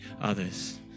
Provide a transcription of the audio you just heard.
others